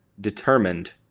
determined